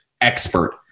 expert